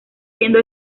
siendo